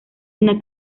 una